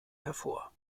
hervor